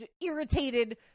irritated